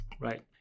Right